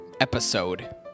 episode